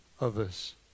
others